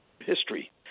history